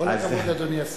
כל הכבוד, אדוני השר.